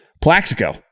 Plaxico